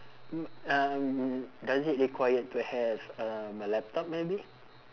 mm um does it require to have um a laptop maybe